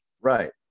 Right